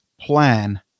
plan